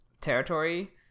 territory